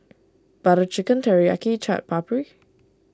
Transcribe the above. Butter Chicken Teriyaki Chaat Papri